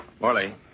Morley